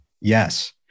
Yes